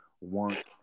want